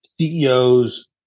CEOs